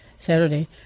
Saturday